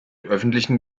öffentlichen